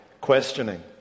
questioning